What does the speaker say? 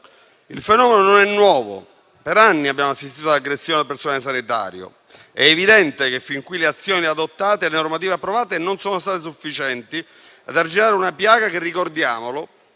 Il fenomeno non è nuovo, considerato che per anni abbiamo assistito ad aggressioni al personale sanitario. È evidente che fin qui le azioni adottate e le normative approvate non sono state sufficienti ad arginare una piaga che - ricordiamolo